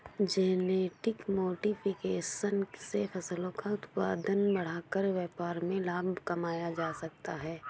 genetic modification से फसलों का उत्पादन बढ़ाकर व्यापार में लाभ कमाया जाता है